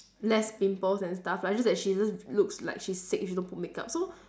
less pimples and stuff like just that she just looks like she's sick if she don't put makeup so